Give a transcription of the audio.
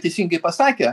teisingai pasakę